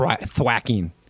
thwacking